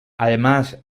además